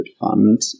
fund